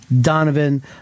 Donovan